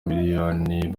miliyoni